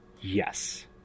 yes